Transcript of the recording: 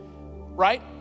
right